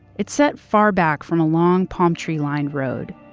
it's set far back from a long palm tree-lined road.